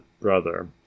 brother